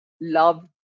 love